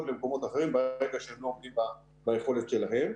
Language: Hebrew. למקומות אחרים ברגע שהם לא עומדים ביכולת שלהן.